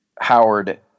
Howard